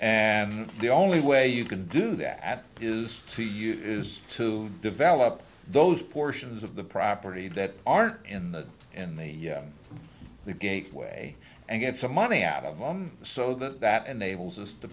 and the only way you can do that is to use is to develop those portions of the property that aren't in the in the gate way and get some money out of them so that that enables us to